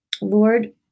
Lord